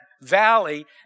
valley